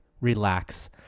relax